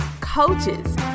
coaches